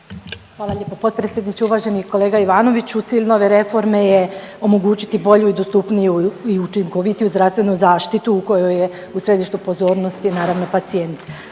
Hvala lijepo potpredsjedniče. Uvaženi kolega Ivanoviću cilj nove reforme je omogućiti bolju i dostupniju i učinkovitiju zdravstvenu zaštitu u kojoj je u središtu pozornosti naravno pacijent.